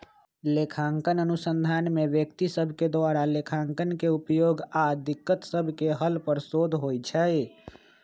लेखांकन अनुसंधान में व्यक्ति सभके द्वारा लेखांकन के उपयोग आऽ दिक्कत सभके हल पर शोध होइ छै